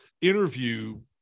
interview